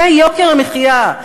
זה יוקר המחיה.